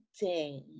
day